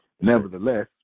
Nevertheless